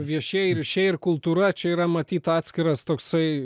viešieji ryšiai ir kultūra čia yra matyt atskiras toksai